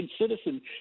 citizen